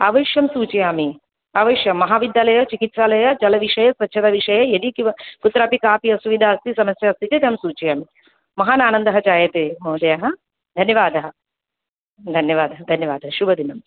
अवश्यं सूचयामि अवश्यं महाविद्यालय चिकित्सालय जलविषये स्वच्छताविषये यदि किम कुत्रापि कापि असुविदा अस्ति समस्या अस्ति चेत् अहं सूचयामि महानानन्दः जायते महोदयः धन्यवादः धन्यवादः धन्यवादः शुभदिनं